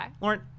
lauren